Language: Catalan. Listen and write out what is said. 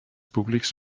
públics